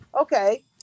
Okay